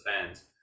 fans